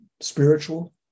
spiritual